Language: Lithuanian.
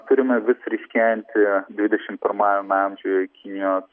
turime vis ryškėjantį dvidešim pirmajame amžiuje į kinijos